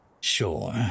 Sure